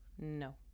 No